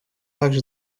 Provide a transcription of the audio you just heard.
также